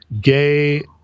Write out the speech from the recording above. gay